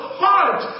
heart